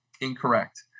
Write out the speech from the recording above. incorrect